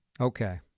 Okay